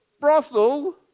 brothel